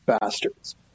bastards